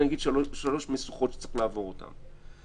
אגיד שלוש משוכות שצריך לעבור אותן.